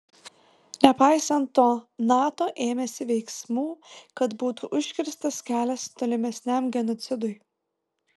nepaisant to nato ėmėsi veiksmų kad būtų užkirstas kelias tolesniam genocidui